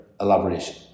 elaboration